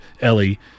ellie